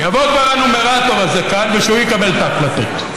שיבוא כבר הנומרטור הזה לכאן ושהוא יקבל את ההחלטות,